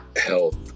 health